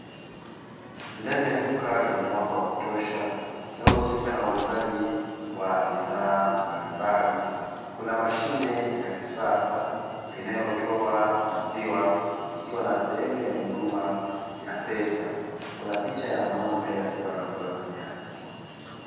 Ndani ya duka lenye mwanga wa kutosha linalohusika na uuzaji wa bidhaa mbalimbali, kuna mashine ya kisasa inayotoa maziwa ikiwa na sehemu ya huduma ya pesa, kuna picha ya ng'ombe akiwa anakula majani.